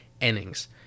innings